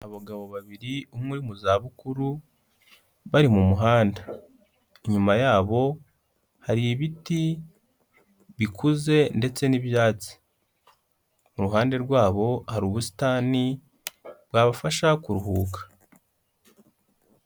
Abagabo babiri, umwe uri mu zabukuru bari mu muhanda, inyuma yabo hari ibiti bikuze ndetse n'ibyatsi, ku ruhande rwabo hari ubusitani bwabafasha kuruhuka.